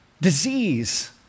disease